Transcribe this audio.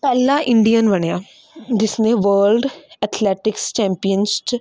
ਪਹਿਲਾ ਇੰਡੀਅਨ ਬਣਿਆ ਜਿਸਨੇ ਵਰਲਡ ਅਥਲੈਟਿਕਸ ਚੈਂਪੀਅਨਸ 'ਚ